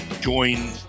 join